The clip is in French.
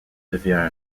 devient